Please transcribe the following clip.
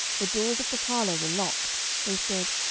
the doors of the parlour were locked, they said,